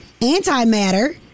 antimatter